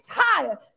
tired